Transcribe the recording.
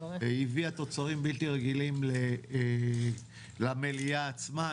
והביאה תוצרים בלתי רגילים למליאה עצמה.